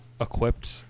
equipped